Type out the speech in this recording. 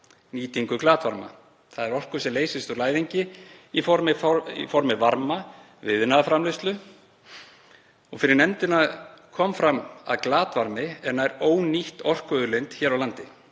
nýtingu glatvarma, þ.e. orku sem leysist úr læðingi í formi varma við iðnaðarframleiðslu. Fyrir nefndinni kom fram að glatvarmi er nær ónýtt orkuauðlind hér á landi